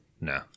No